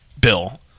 bill